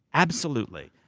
absolutely.